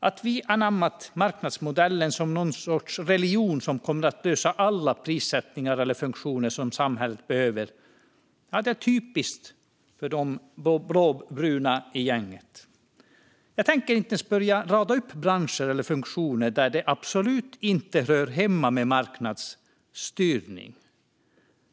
Att vi anammat marknadsmodellen som någon sorts religion som kommer att lösa alla prissättningar eller funktioner som samhället behöver är typiskt för det blåbruna gänget. Jag tänker inte ens börja rada upp branscher eller funktioner där det absolut inte hör hemma med marknadsstyrning.